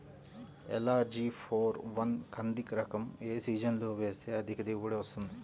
LRG four one కంది రకం ఏ సీజన్లో వేస్తె అధిక దిగుబడి వస్తుంది?